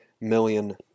million